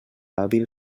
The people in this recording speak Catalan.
hàbil